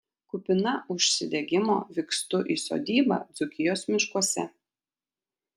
kupina užsidegimo vykstu į sodybą dzūkijos miškuose